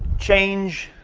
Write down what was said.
change